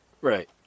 Right